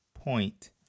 point